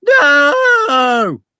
no